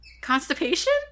Constipation